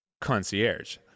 concierge